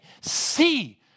see